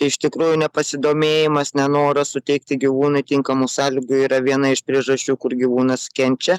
iš tikrųjų nepasidomėjimas nenoras suteikti gyvūnui tinkamų sąlygų yra viena iš priežasčių kur gyvūnas kenčia